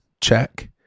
check